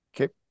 Okay